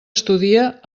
estudia